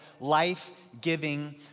life-giving